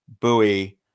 buoy